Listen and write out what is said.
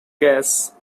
gas